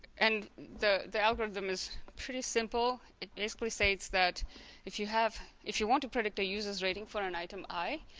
and the the algorithm is pretty simple it basically states that if you have. if you want to predict a user's rating for an item i